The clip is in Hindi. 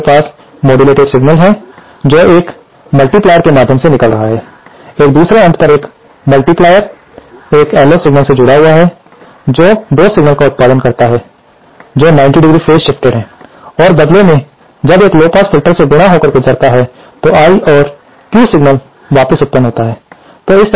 यहां हमारे पास मोदुलाटेड सिग्नल है जो एक मल्टीप्लायर के माध्यम से निकल रहा है एक दूसरे अंत में एक मल्टीप्लायर एक LO सिग्नल से जुड़ा हुआ है जो 2 सिग्नल का उत्पादन करता है जो 90° फेज शिफ्टेड पर हैं और बदले में जब एक लो पास फिल्टर से गुणा होकर गुजरता है तो I और Q सिग्नल वापस उत्पन्न होता है